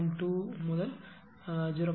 2 முதல் 0